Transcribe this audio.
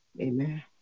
Amen